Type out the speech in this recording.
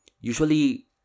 usually